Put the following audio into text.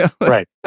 Right